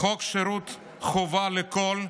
שירות חובה לכול,